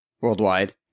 worldwide